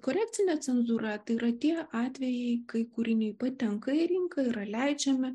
korekcinė cenzūra tai yra tie atvejai kai kūriniai patenka į rinką yra leidžiami